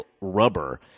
rubber